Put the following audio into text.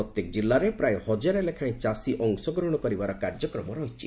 ପ୍ରତ୍ୟେକ ଜିଲ୍ଲାରେ ପ୍ରାୟ ହଜାରେ ଲେଖାଏଁ ଚାଷୀ ଅଂଶଗ୍ରହଣ କରିବାର କାର୍ଯ୍ୟକ୍ରମ ରହିଛି